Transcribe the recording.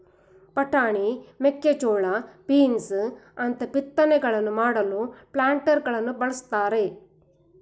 ಬಟಾಣಿ, ಮೇಕೆಜೋಳ, ಬೀನ್ಸ್ ಅಂತ ಬಿತ್ತನೆಗಳನ್ನು ಮಾಡಲು ಪ್ಲಾಂಟರಗಳನ್ನು ಬಳ್ಸತ್ತರೆ